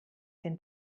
den